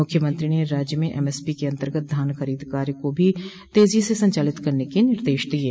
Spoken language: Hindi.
मुख्यमंत्री ने राज्य में एमएसपी के अन्तर्गत धान खरीद कार्य को भी तेजी से संचालित करने के निर्देश दिये